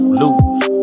lose